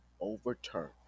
overturn